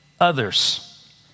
others